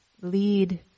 lead